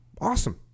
awesome